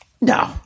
No